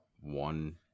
one